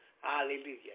Hallelujah